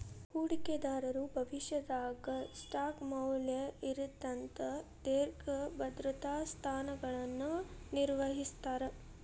ಹೂಡಿಕೆದಾರರು ಭವಿಷ್ಯದಾಗ ಸ್ಟಾಕ್ ಮೌಲ್ಯ ಏರತ್ತ ಅಂತ ದೇರ್ಘ ಭದ್ರತಾ ಸ್ಥಾನಗಳನ್ನ ನಿರ್ವಹಿಸ್ತರ